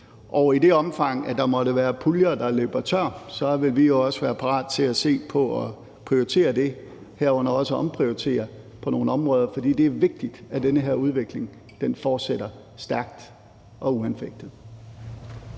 og i det omfang, der måtte være puljer, der løber tør, vil vi også være parat til at se på at prioritere det, herunder også at omprioritere på nogle områder, for det er vigtigt, at den her udvikling fortsætter stærkt og uanfægtet.